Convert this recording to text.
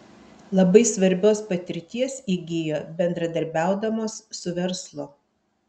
labai svarbios patirties įgijo bendradarbiaudamos su verslu